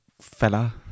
fella